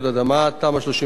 תמ"א 38,